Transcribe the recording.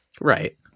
Right